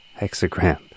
hexagram